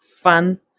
fun